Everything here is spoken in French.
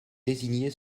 désignée